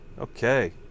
okay